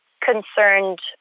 concerned